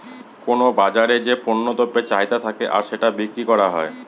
কোনো বাজারে যে পণ্য দ্রব্যের চাহিদা থাকে আর সেটা বিক্রি করা হয়